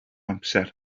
amser